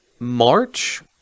March